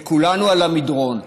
וכולנו על המדרון.